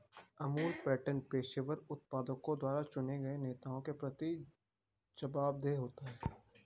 Amul pattern पेशेवर उत्पादकों द्वारा चुने गए नेताओं के प्रति जवाबदेह होते हैं